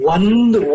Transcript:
One